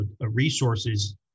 resources